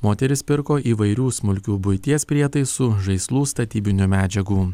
moteris pirko įvairių smulkių buities prietaisų žaislų statybinių medžiagų